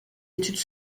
études